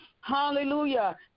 hallelujah